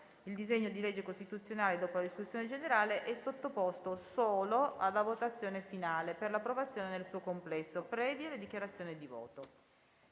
il disegno di legge costituzionale, dopo la discussione generale, sarà sottoposto solo alla votazione finale per l'approvazione nel suo complesso, previe dichiarazioni di voto.